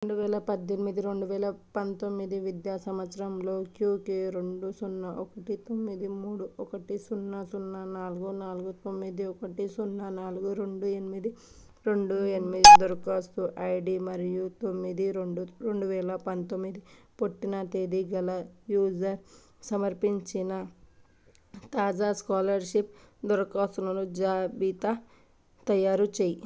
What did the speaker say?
రెండు వేల పద్దెనిమిది రెండు వేల పంతొమ్మిది విద్యా సంవత్సరంలో క్యూకే రెండు సున్నా ఒకటి తొమ్మిది మూడు ఒకటి సున్నా సున్నా నాలుగు నాలుగు తొమ్మిది ఒకటి సున్నా నాలుగు రెండు ఎనిమిది రెండు ఎనిమిది దరఖాస్తు ఐడి మరియు తొమ్మిది రెండు రెండు వేల పంతొమ్మిది పుట్టిన తేది గల యూజర్ సమర్పించిన తాజా స్కాలర్షిప్ దరఖాస్తులను జాబితా తయారుచెయ్యి